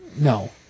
No